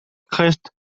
crest